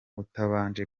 utabanje